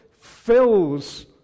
fills